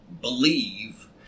Believe